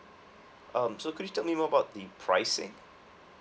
um so could you tell me more about the pricing